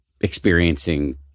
experiencing